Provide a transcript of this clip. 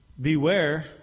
Beware